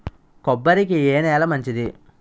కొబ్బరి కి ఏ నేల మంచిది?